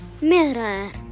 mirror